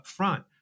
upfront